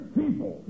people